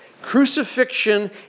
Crucifixion